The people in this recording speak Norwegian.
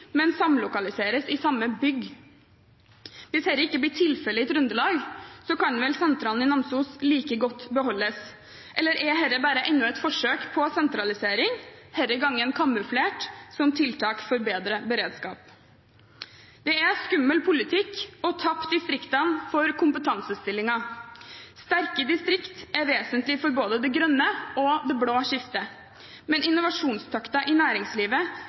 men samlokaliseres i samme bygg. Hvis dette ikke blir tilfelle i Trøndelag, så kan vel sentralen i Namsos like godt beholdes? Eller er dette bare enda et forsøk på sentralisering – denne gangen kamuflert som tiltak for bedre beredskap? Det er skummel politikk å tappe distriktene for kompetansestillinger. Sterke distrikter er vesentlig for både det grønne og det blå skiftet. Men innovasjonstakten innenfor næringslivet